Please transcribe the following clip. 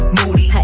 Moody